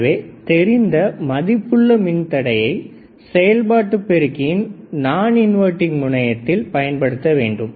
எனவே தெரிந்த மதிப்புள்ள மின்தடையை செயல்பாட்டு பெருக்கியின் நான் இன்வர்டிங் முனையத்தில் பயன்படுத்த வேண்டும்